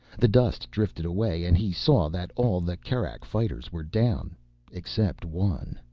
the dust drifted away, and he saw that all the kerak fighters were down except one.